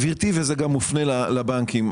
גברתי, וזה גם מופנה לבנקים.